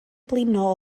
blino